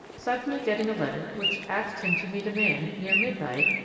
suddenly getting a letter which asked him to meet a man, near midnight,